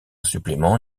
supplément